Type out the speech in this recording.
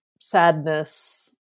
sadness